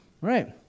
Right